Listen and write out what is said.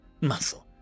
muscle